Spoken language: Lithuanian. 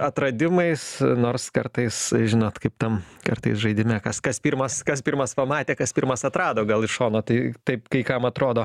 atradimais nors kartais žinot kaip tam kartais žaidime kas kas pirmas kas pirmas pamatė kas pirmas atrado gal iš šono tai taip kai kam atrodo